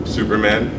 Superman